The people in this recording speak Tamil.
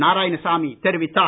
நாராயணசாமி தெரிவித்தார்